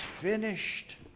finished